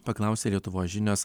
paklausė lietuvos žinios